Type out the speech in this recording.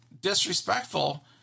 disrespectful